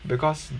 because